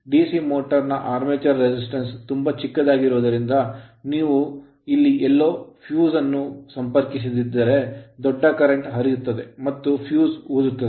DC motor motor ನ armature resistance armature resistance ತುಂಬಾ ಚಿಕ್ಕದಾಗಿರುವುದರಿಂದ ನೀವು ಇಲ್ಲಿ ಎಲ್ಲೋ fuse ಫ್ಯೂಸ್ ಅನ್ನು ಸಂಪರ್ಕಿಸದಿದ್ದರೆ ದೊಡ್ಡ current ಕರೆಂಟ್ ಹರಿಯುತ್ತದೆ ಮತ್ತು fuse ಫ್ಯೂಸ್ ಊದುತ್ತದೆ